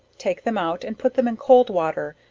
take them out, and put them in cold water,